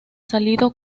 salido